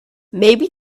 maybe